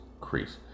crease